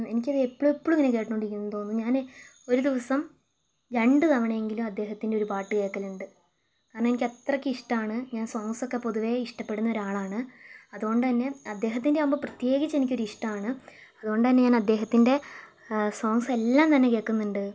എനിക്കത് എപ്പോഴും എപ്പോഴും ഇങ്ങനെ കേട്ടു കൊണ്ട് ഇരിക്കാൻ തോന്നും ഞാൻ ഒരു ദിവസം രണ്ട് തവണ എങ്കിലും അദ്ദേഹത്തിൻ്റെ ഒരു പാട്ട് കേൾക്കലുണ്ട് കാരണം എനിക്ക് അത്രക്ക് ഇഷ്ടമാണ് ഞാൻ സോങ്സ് ഒക്കെ പൊതുവെ ഇഷ്ടപ്പെടുന്ന ഒരാളാണ് അതുകൊണ്ട് തന്നെ അദ്ദേഹത്തിൻ്റെ ആകുമ്പോൾ പ്രത്യേകിച്ച് എനിക്കൊരു ഇഷ്ടമാണ് അതുകൊണ്ട് തന്നെ ഞാൻ അദ്ദേഹത്തിൻ്റെ സോങ്സ് എല്ലാം തന്നെ കേൾക്കുന്നുണ്ട്